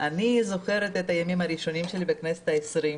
אני זוכרת את הימים הראשונים שלי בכנסת ה-20,